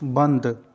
बन्द